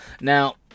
now